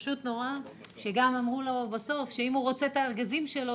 פשוט נורא שגם אמרו לו בסוף שאם הוא רוצה את הארגזים שלו,